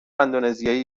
اندونزیایی